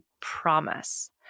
promise